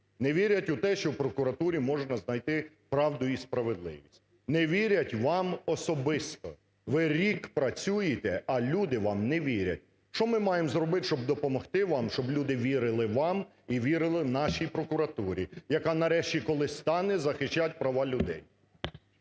Не вірять в те, що в прокуратурі можна знайти правду і справедливість? Не вірять вам особисто? Ви рік працюєте, а люди вам не вірять. Що ми маємо зробити, щоб допомогти вам, щоб люди вірили вам і вірили нашій прокуратурі, яка нарешті колись стане захищати права людей?